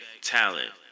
talent